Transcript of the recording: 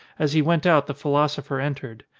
as he went out the philosopher entered.